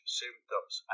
symptoms